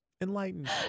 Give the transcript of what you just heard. Enlightened